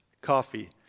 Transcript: coffee